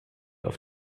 auf